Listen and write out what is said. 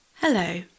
Hello